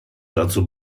dazu